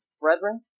Brethren